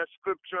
scripture